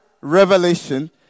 revelation